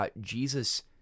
Jesus